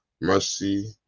mercy